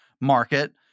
market